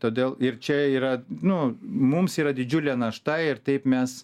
todėl ir čia yra nu mums yra didžiulė našta ir taip mes